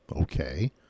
okay